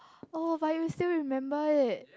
oh buy you still remember it